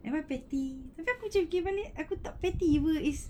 am I petty tapi aku macam ni aku tak petty [pe] is